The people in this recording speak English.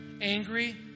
angry